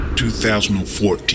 2014